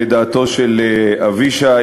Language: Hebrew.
לדעתו של אבישי,